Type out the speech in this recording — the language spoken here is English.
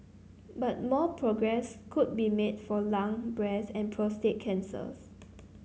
but more progress could be made for lung breast and prostate cancers